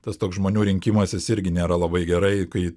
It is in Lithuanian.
tas toks žmonių rinkimasis irgi nėra labai gerai kai